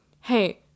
Hey